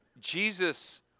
Jesus